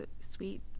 sweet